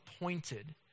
appointed